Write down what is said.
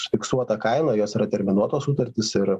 fiksuota kaina jos yra terminuotos sutartys ir